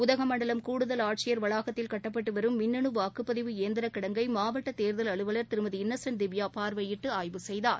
உதகமண்டலம் கூடுதல் ஆட்சியர் வளாகத்தில் கட்டப்பட்டுவரும் மின்னணுவாக்குப்பதிவு இயந்திரக் கிடங்கை மாவட்டதேர்தல் அலுவலர் திருமதி இன்னோசன்ட் திவ்யாபார்வையிட்டுஆய்வு செய்தார்